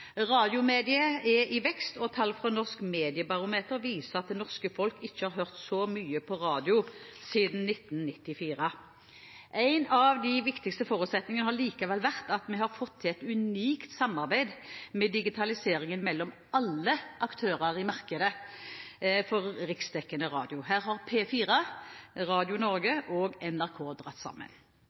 Radiomediet er i vekst, og tall fra Norsk mediebarometer viser at det norske folk ikke har hørt så mye på radio siden 1994. En av de viktigste forutsetningene har likevel vært at vi har fått til et unikt samarbeid om digitaliseringen mellom alle aktørene i markedet for riksdekkende radio. Her har P4, Radio Norge og NRK dratt sammen.